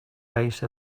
base